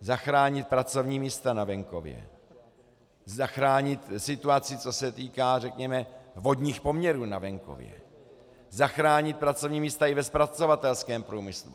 zachránit pracovní místa na venkově, zachránit situaci, co se týká vodních poměrů na venkově, zachránit pracovní místa i ve zpracovatelském průmyslu.